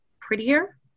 prettier